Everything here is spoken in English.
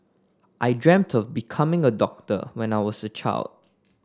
I dreamt of becoming a doctor when I was a child